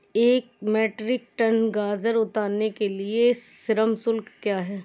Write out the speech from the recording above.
एक metric tonne गाजर उतारने के लिए श्रम शुल्क क्या है?